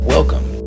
Welcome